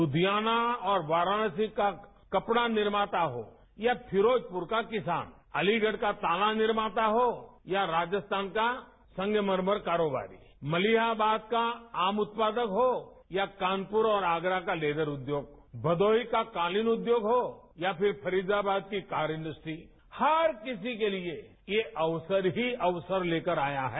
लुक्षियाना और वाराणसी का कपड़ा निर्माता हो या फिरोजपुर का किसान अलीगढ़ का ताला निर्माता हो या राजस्थान का संगमरमर कारोबार मलियाबाद का आम उत्पादक हो या कानपुर और आगरा का लेजर उद्योग भदौही का कालीन उद्योग हो या फिर फरीदाबाद की कार इंडस्ट्री हर किसी के लिए ये अक्सर ही अक्सर लेकर आया है